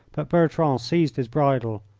but bertrand seized his bridle.